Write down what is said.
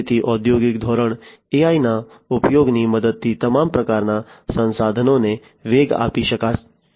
તેથી ઔદ્યોગિક ધોરણે AI ના ઉપયોગની મદદથી તમામ પ્રકારના સંસાધનોને વેગ આપી શકાય છે